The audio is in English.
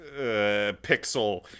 pixel